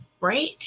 Right